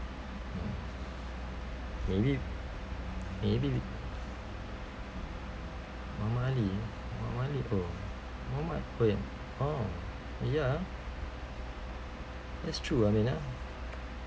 maybe maybe muhammad ali oh muhammad oh ya oh ya that's true uh min uh